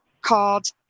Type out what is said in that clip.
called